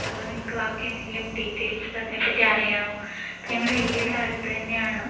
അതോ നിങ്ങൾക്കു വാക്കിൽ എന്തെങ്കിലും ഡീറ്റെയിൽസ് അതിനെ പറ്റി അറിയാമൊ അപ്പം ഞങ്ങളുടെ വില്ല അവിടെ അടുത്തു തന്നെയാണ്